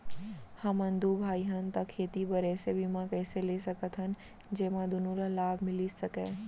हमन दू भाई हन ता खेती बर ऐसे बीमा कइसे ले सकत हन जेमा दूनो ला लाभ मिलिस सकए?